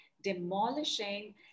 demolishing